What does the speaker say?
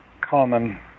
common